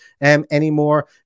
anymore